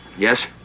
yes.